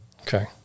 Okay